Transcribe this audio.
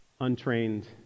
untrained